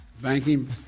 banking